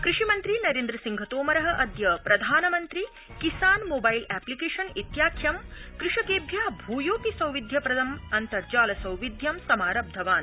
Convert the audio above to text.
कृषि मन्त्री नरेन्द्र सिंह तोमर अद्य प्रधानमन्त्रि किसान मोबाइल ऐप्लिकेशन इत्याख्यं कृषकेभ्य भ्योऽपि सौविध्यप्रदं अन्तर्जाल सौविध्यं समारब्धवान्